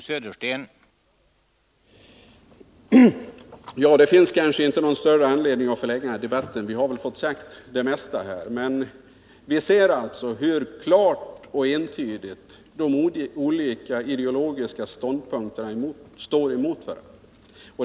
Herr talman! Ja, det finns kanske inte någon större anledning att förlänga debatten. Det mesta är väl redan sagt. Men vi ser alltså hur klart och entydigt de olika ideologiska ståndpunkterna står emot varandra.